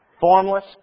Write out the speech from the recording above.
Formless